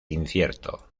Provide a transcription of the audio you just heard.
incierto